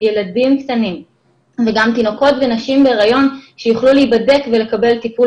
ילדים קטנים וגם תינוקות ונשים בהיריון שיוכלו להיבדק ולקבל טיפול